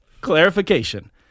Clarification